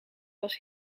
was